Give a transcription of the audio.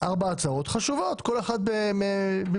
4 הצעות חשובות, כל אחת במקומה.